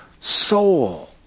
soul